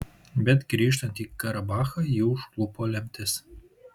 bet grįžtant į karabachą jį užklupo lemtis